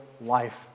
life